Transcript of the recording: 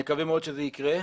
נקווה מאוד שזה יקרה,